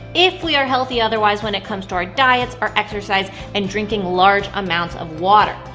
if we are healthy otherwise when it comes to our diets, our exercise, and drinking large amounts of water.